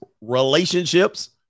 relationships